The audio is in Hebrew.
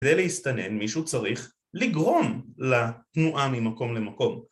כדי להסתנן, מישהו צריך לגרום לתנועה ממקום למקום